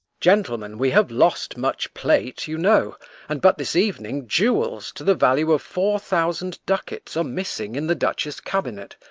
gentlemen, we have lost much plate, you know and but this evening jewels, to the value of four thousand ducats, are missing in the duchess' cabinet.